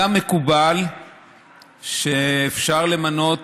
היה מקובל שאפשר למנות